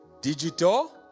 Digital